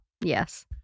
yes